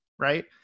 Right